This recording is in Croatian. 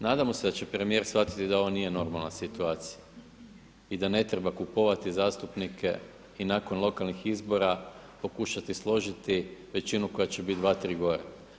Nadamo se da će premijer shvatiti da ovo nije normalna situacija i da ne treba kupovati zastupnike i nakon lokalnih izbora pokušati složiti većinu koja će biti dva, tri gore.